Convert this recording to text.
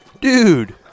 Dude